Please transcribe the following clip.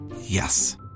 Yes